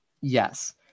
Yes